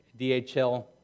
DHL